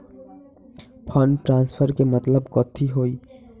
Fund transfer के मतलब कथी होई?